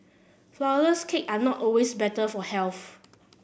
flour less cakes are not always better for health